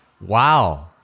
Wow